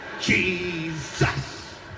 Jesus